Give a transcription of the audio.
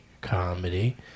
Comedy